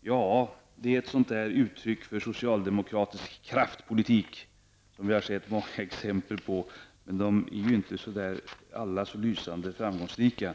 Ja, detta är ett typiskt uttryck för socialdemokratisk ''kraftfull'' politik. Vi har sett många exempel på den, men sällan några framgångsrika.